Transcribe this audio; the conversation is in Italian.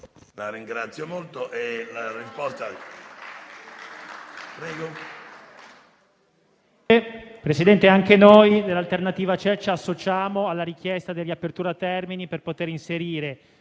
La ringrazio molto,